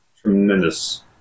tremendous